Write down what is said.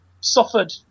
suffered